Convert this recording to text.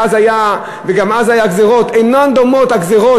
שגם אז היו גזירות אינן דומות הגזירות